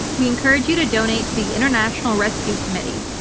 we encourage you to donate to the international rescue committee,